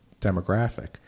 demographic